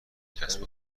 کسب